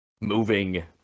moving